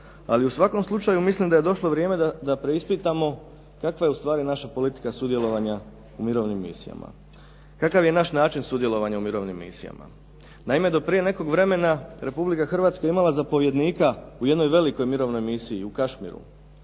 ali u svakom slučaju mislim da je došlo vrijeme da preispitamo kakva je ustvari naša politika sudjelovanja u mirovnim misijama, kakav je naš način sudjelovanja u mirovnim misijama. Naime, do prije nekog vremena Republika Hrvatska je imala zapovjednika u jednoj velikoj mirovnoj misiji u Kašmiru